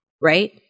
right